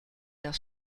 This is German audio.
das